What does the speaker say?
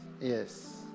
Yes